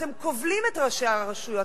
אתם כובלים את ראשי הרשויות,